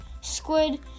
squid